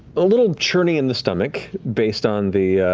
a little churny in the stomach based on the